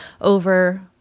over